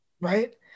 Right